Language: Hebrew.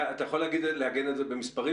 אתה יכול לעגן את זה במספרים?